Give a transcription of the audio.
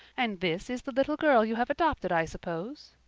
and this is the little girl you have adopted, i suppose?